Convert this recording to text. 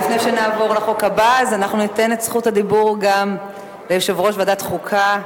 לפני שנעבור לחוק הבא ניתן את זכות הדיבור גם ליושב-ראש ועדת החוקה,